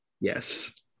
Yes